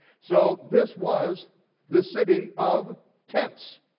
so this was the city of tents.